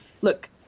look